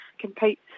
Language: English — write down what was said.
compete